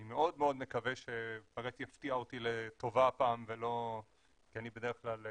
אני מאוד מקווה שבג"צ יפתיע אותי לטובה הפעם כי אני בדרך כלל